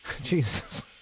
Jesus